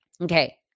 Okay